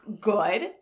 good